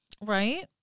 Right